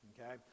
okay